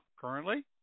currently